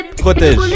protège